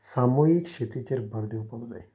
सामुहीक शेतीचेर भर दिवपाक जाय